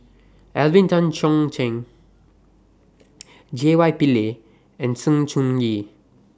Alvin Tan Cheong Kheng J Y Pillay and Sng Choon Yee